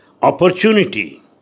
opportunity